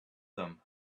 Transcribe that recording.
them